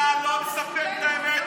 אנחנו, אתה לא מספר את האמת.